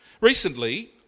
recently